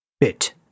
Bit